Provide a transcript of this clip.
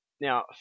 Now